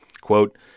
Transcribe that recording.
Quote